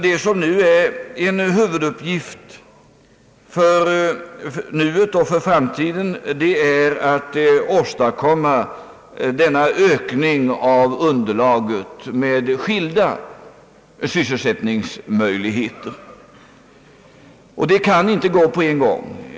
Det som nu är en huvuduppgift för nuet och för framtiden är att åstadkomma denna ökning av underlaget med skilda sysselsättningsmöjligheter. Och det kan inte gå på en gång.